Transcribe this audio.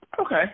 Okay